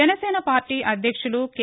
Janasena party అధ్యక్షులు K